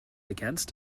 against